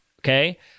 okay